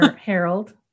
Harold